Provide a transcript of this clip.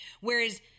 Whereas